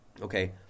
Okay